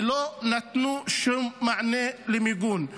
ולא נתנו שום מענה למיגון.